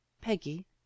Peggy